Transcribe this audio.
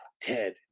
ted